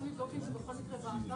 צריכים לבדוק את זה בכל מקרה באתר.